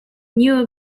knew